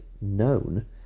known